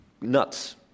nuts